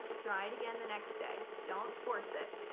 try it again the next day. don't force it.